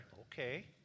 Okay